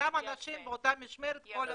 אותם אנשים באותה משמרת כל הזמן.